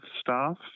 staff